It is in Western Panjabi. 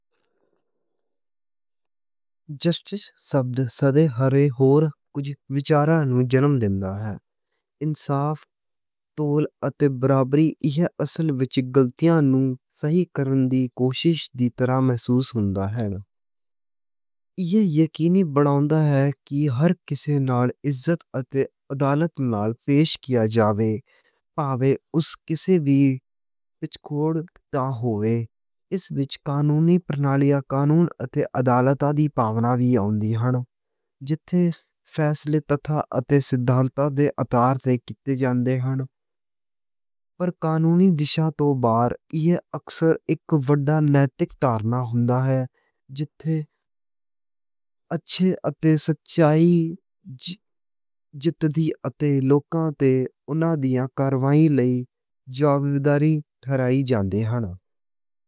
جسٹس ساڈی سوچ نوں ہور کجھ وچاراں دا جنم دیندا ہے۔ انصاف، تول اتے برابری اصل وچ گلتیاں نوں صحیح کرن دی کوشش دی طرح محسوس ہوندا ہے۔ یہ یقینی بناؤندا ہے کہ ہر اک نوں عزت اتے عدالت نال پیش کیتا جاوے۔ پاوے اوہ کسے وی پچھوکڑ توں ہووے۔ اس وچ قانونی پرنالیاں، قانون اتے عدالتاں دی بھومکا وی آؤندی ہے۔ جتھے فیصلے تتھ اتے ستھالتا دے آدھار تے کیتے جاندے ہن۔ پر قانونی دشا توں باہر یہ اکثر اک وڈا نیتک دھارنا ہوندا ہے۔ جتھے اچھائی اتے سچائی جتدی ہے۔ لوکاں تے اوناں دیاں کروائیاں لئی جواب دہی ٹھہرائی جاوے، ویکھ لو۔